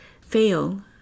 fail